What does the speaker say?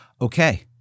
okay